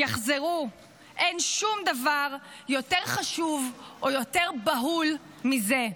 אין שום דבר יותר חשוב או יותר בהול מזה.